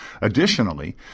Additionally